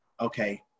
okay